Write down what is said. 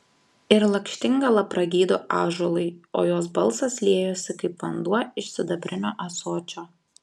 ir lakštingala pragydo ąžuolui o jos balsas liejosi kaip vanduo iš sidabrinio ąsočio